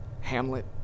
Hamlet